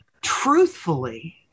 truthfully